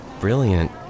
brilliant